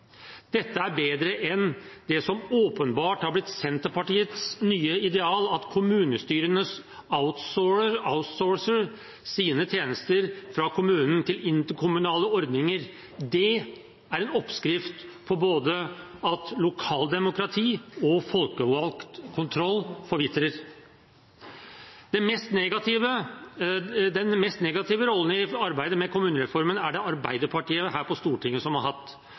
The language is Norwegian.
Dette er bedre enn det som åpenbart har blitt Senterpartiets nye ideal, at kommunestyrene «outsourcer» sine tjenester fra kommunen til interkommunale ordninger. Det er en oppskrift på at både lokaldemokrati og folkevalgt kontroll forvitrer. Den mest negative rollen i arbeidet med kommunereformen er det Arbeiderpartiet her på Stortinget som har hatt.